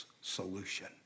solution